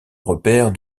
repaire